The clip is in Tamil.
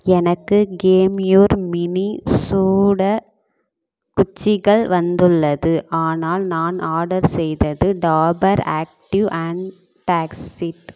எனக்கு கேம்யூர் மினி சூட குச்சிகள் வந்துள்ளது ஆனால் நான் ஆர்டர் செய்தது தாபர் ஆக்டிவ் ஆன்டாசிட்